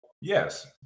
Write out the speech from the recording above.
Yes